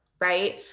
Right